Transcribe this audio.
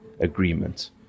agreement